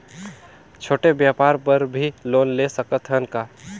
छोटे व्यापार बर भी लोन ले सकत हन का?